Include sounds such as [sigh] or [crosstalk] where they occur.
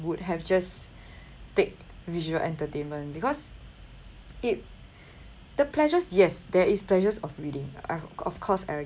would have just [breath] ticked visual entertainment because it the pleasures yes there is pleasures of reading I of course I agree